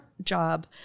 job